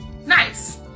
nice